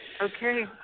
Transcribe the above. Okay